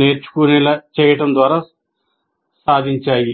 నేర్చుకునేలా చేయడం ద్వారా సాధించాయి